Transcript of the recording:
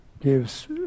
gives